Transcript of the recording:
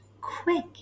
quick